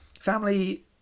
family